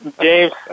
James